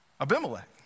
Abimelech